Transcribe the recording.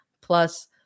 plus